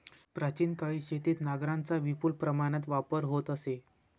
प्राचीन काळी शेतीत नांगरांचा विपुल प्रमाणात वापर होत असे